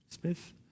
Smith